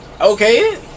Okay